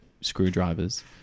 screwdrivers